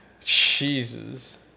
Jesus